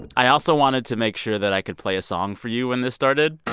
but i also wanted to make sure that i could play a song for you when this started